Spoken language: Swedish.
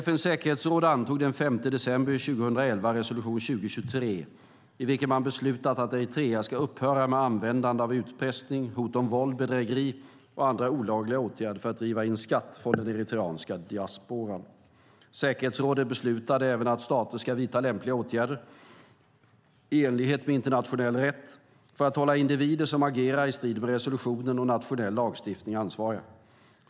FN:s säkerhetsråd antog den 5 december 2011 resolution 2023 i vilken man beslutade att Eritrea ska upphöra med användande av utpressning, hot om våld, bedrägeri och andra olagliga åtgärder för att driva in skatt från den eritreanska diasporan. Säkerhetsrådet beslutade även att stater ska vidta lämpliga åtgärder i enlighet med internationell rätt för att hålla individer som agerar i strid med resolutionen och nationell lagstiftning ansvariga.